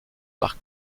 par